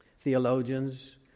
theologians